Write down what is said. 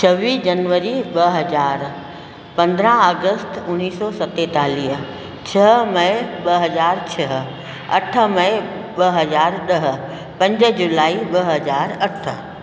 छवी्ह जनवरी ॿ हज़ार पंद्रहं अगस्त उणिवीह सौ सतेतालीह छह मई ॿ हज़ार छह अठ मई ॿ हज़ार ॾह पंज जुलाई ॿ हज़ार अठ